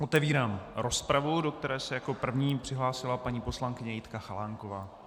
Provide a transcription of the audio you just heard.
Otevírám rozpravu, do které se jako první přihlásila paní poslankyně Jitka Chalánková.